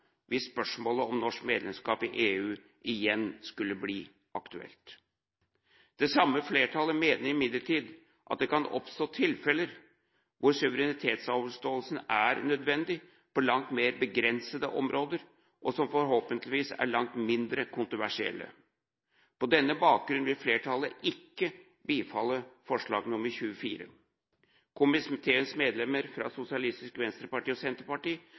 hvis spørsmålet om norsk medlemskap i EU igjen skulle bli aktuelt. Det samme flertallet mener imidlertid at det kan oppstå tilfeller hvor suverenitetsavståelse er nødvendig på langt mer begrensede områder, og som forhåpentligvis er langt mindre kontroversielle. På denne bakgrunn vil flertallet ikke bifalle forslag nr. 24. Komiteens medlemmer fra Sosialistisk Venstreparti og Senterpartiet